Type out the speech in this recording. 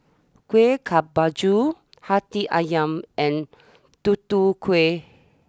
Kueh Kemboja Hati Ayam and Tutu Kueh